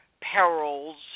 perils